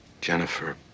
Jennifer